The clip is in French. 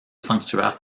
sanctuaire